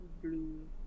blue